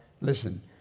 listen